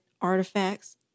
artifacts